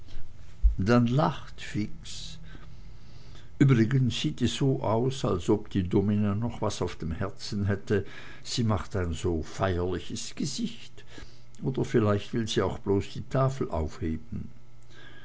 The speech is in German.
dann lacht fix übrigens sieht es so aus als ob die domina noch was auf dem herzen hätte sie macht ein so feierliches gesicht oder vielleicht will sie auch bloß die tafel aufheben